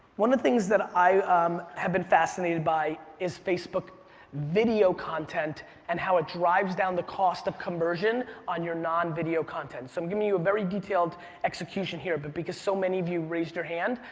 one of the things that i um have been fascinated by is facebook video content and how it drives down the cost of conversion on your non-video content. so i'm giving you a very detailed execution here, but because so many of you raised your hand,